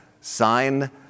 Sign